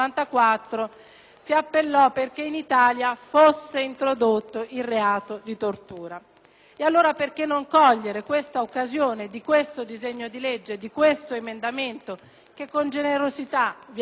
Allora, perché non cogliere l'occasione di questo disegno di legge e di questo emendamento, che con generosità vi abbiamo proposto e sul quale chiediamo al Governo di esprimere un parere positivo